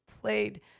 played